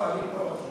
התשע"ג 2013, נתקבלה.